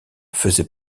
faisaient